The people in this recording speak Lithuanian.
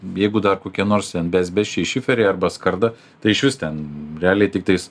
jeigu dar kokie nors ten beazbesčiai šiferiai arba skarda tai išvis ten realiai tiktais